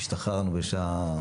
השתחררנו בשעה